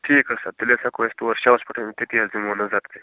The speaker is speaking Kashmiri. ٹھیٖک حظ چھُ سر تیٚلہِ حظ ہیٚکو أسۍ تور شاپس پٮ۪ٹھ یِتھ تتی حظ دِمو نظر تہِ